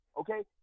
okay